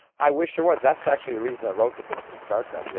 i wish there was, that's actually the reason i wrote the physics of star trek, yeah